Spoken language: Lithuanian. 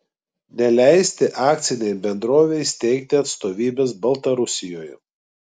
neleisti akcinei bendrovei steigti atstovybės baltarusijoje